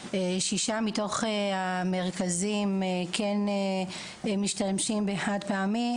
שישה מתוך המרכזים כן משתמשים בחד פעמי.